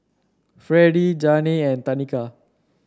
Fredie Janey and Tanika